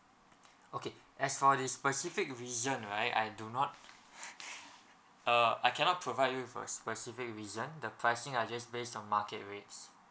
okay as for this specific reason right I do not uh I cannot provide you with a specific reason the pricing I just based on market rates